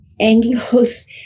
Anglos